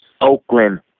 Oakland